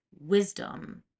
wisdom